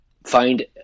find